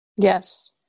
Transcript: Yes